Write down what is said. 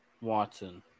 Watson